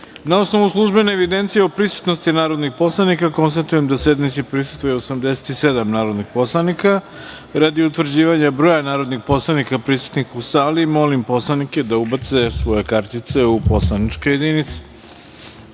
osnovu službene evidencije o prisutnosti narodnih poslanika, konstatujem da sednici prisustvuje 87 narodnih poslanika. Radi utvrđivanja broja narodnih poslanika prisutnih u sali, molim sve narodne poslanike da ubace svoje identifikacione kartice u poslaničke jedinice